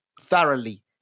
thoroughly